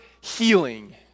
healing